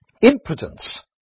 Impudence